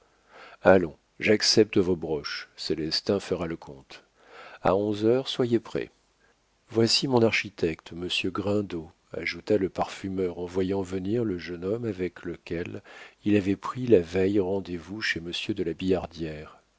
allons j'accepte vos broches célestin fera le compte a onze heures soyez prêt voici mon architecte monsieur grindot ajouta le parfumeur en voyant venir le jeune homme avec lequel il avait pris la veille rendez-vous chez monsieur de la